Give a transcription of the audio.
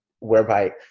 whereby